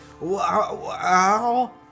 Wow